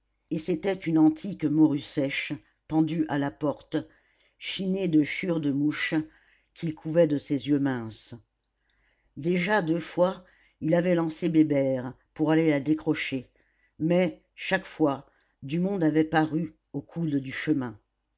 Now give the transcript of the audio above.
et c'était une antique morue sèche pendue à la porte chinée de chiures de mouche qu'il couvait de ses yeux minces déjà deux fois il avait lancé bébert pour aller la décrocher mais chaque fois du monde avait paru au coude du chemin